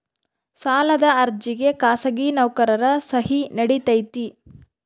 ಸಾಲದ ಅರ್ಜಿಗೆ ಖಾಸಗಿ ನೌಕರರ ಸಹಿ ನಡಿತೈತಿ?